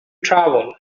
travel